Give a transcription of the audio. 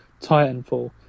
Titanfall